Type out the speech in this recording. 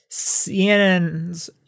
CNN's